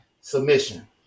submission